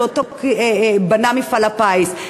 שאותו בנה מפעל הפיס.